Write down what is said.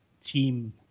team